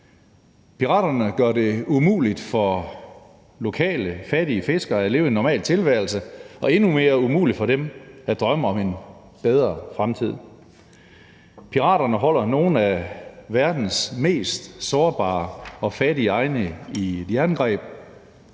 Piraterne gør det umuligt for lokale fattige fiskere at leve en normal tilværelse og endnu mere umuligt for dem at drømme om en bedre fremtid. Piraterne holder nogle af verdens mest sårbare og fattige egne i et jerngreb